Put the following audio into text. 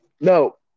No